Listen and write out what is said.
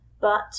But